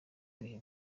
bihe